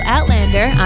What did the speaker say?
Outlander